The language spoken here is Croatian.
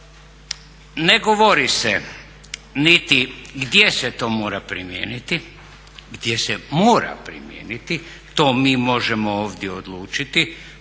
ne govori se niti gdje se to mora primijeniti, gdje se mora primijeniti. To mi možemo ovdje odlučiti,